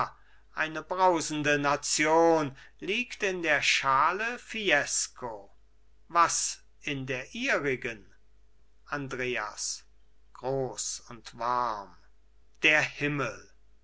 eine brausende nation liegt in der schale fiesco was in der ihrigen andreas groß und warm der himmel